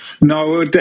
No